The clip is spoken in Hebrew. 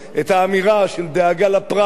את האמירה של דאגה לפרט,